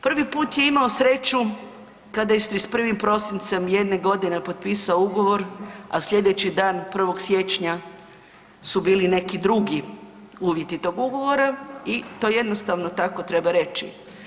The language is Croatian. Prvi put je imao sreću kad je s 31. prosincem jedne godine potpisao ugovor, a slijedeći dan 1. siječnja su bili neki drugi uvjeti tog ugovora i to jednostavno tako treba reći.